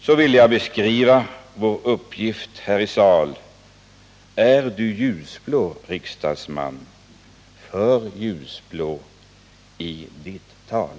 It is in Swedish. Så ville jag beskriva vår uppgift här i sal: Är Du ljusblå, riksdagsman, för ljusblå i Ditt tal?